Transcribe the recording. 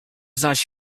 zaś